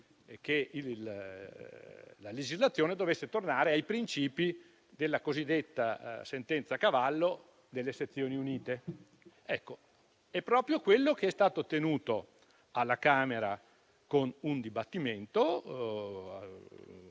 È proprio quello che è stato ottenuto alla Camera, con un dibattito